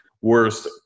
worst